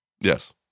Yes